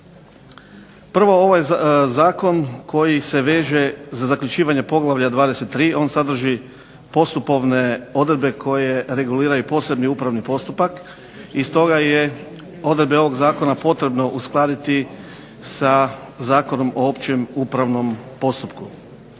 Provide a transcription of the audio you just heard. Prvo, ovo je zakon koji se veže za zaključivanje poglavlja 23., on sadrži postupovne odredbe koje reguliraju posebni upravni postupak i stoga je odredbe ovog zakona potrebno uskladiti sa Zakonom o općem upravnom postupku.